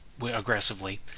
aggressively